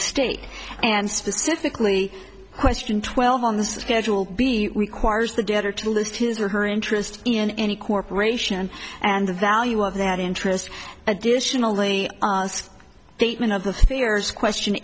state and specifically question twelve on the schedule b requires the debtor to list his or her interest in any corporation and the value of that interest additionally statement of the fears question